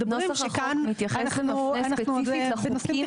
וכנראה גם בעוד אזורים,